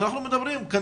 שאנחנו מדברים על